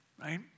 right